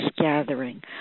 gathering